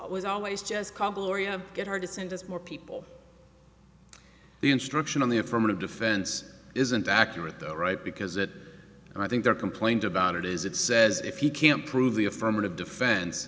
was always just get her to send us more people the instruction in the affirmative defense isn't accurate though right because that and i think their complaint about it is it says if you can't prove the affirmative defen